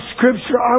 Scripture